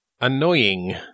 Annoying